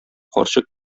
карчык